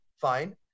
fine